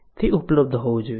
તે ઉપલબ્ધ હોવું જોઈએ